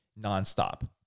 nonstop